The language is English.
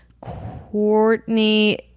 Courtney